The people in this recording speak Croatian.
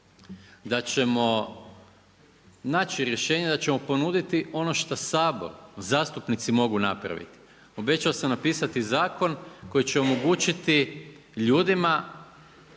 da ćemo naći rješenje, da ćemo ponuditi ono šta Sabor zastupnici mogu napraviti. Obećao sam napisati zakon koji će omogućiti ljudima